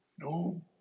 No